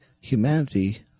humanity